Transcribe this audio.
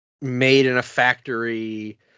made-in-a-factory